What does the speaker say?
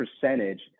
percentage